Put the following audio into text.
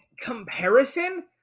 comparison